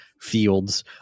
fields